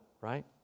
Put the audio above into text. right